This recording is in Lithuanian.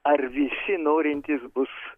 ar visi norintys bus